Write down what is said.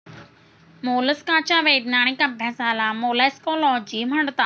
मोलस्काच्या वैज्ञानिक अभ्यासाला मोलॅस्कोलॉजी म्हणतात